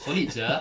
solid sia